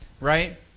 Right